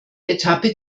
etappe